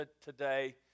today